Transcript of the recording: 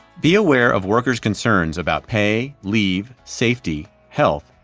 be aware of workers concerns about pay, leave, safety, health,